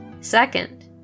Second